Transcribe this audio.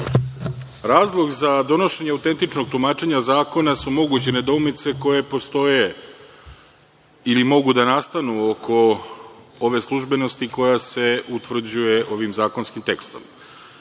voda. Razlog za donošenje autentičnog tumačenja zakona su moguće nedoumice koje postoje, ili mogu da nastanu oko ove službenosti koja se utvrđuje ovim zakonskim tekstom.